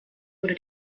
wurde